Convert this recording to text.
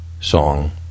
song